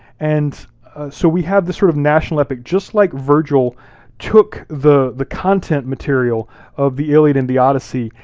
and so we have the sort of national epic, just like virgil took the the content material of the iliad and the odyssey,